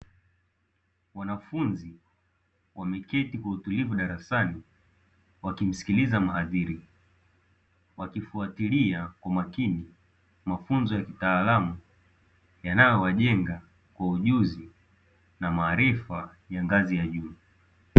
Wanafunzi wmeketi kwa utulivu darasani wakimsikiliza mhadhiri, wakifuatilia kwa makini mafunzo ya kitaalamu yanayowajenga kwa ujuzi na maarifa ya ngazi ya juu.